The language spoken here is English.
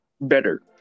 better